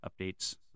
updates